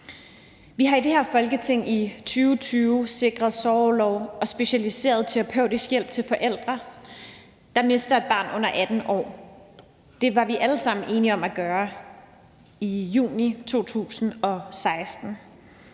Vi har i det her Folketing i 2020 sikret sorgorlov og specialiseret terapeutisk hjælp til forældre, der mister et barn under 18 år. Det var vi alle sammen enige om at gøre i juni 2016.